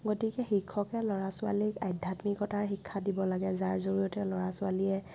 গতিকে শিক্ষকে ল'ৰা ছোৱালীক আধ্যাত্মিকতাৰ শিক্ষা দিব লাগে যাৰ জৰিয়তে ল'ৰা ছোৱালীয়ে